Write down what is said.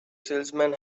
salesman